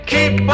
Keep